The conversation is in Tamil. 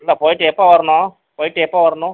இல்லை போய்விட்டு எப்போ வரனும் போய்விட்டு எப்போ வரனும்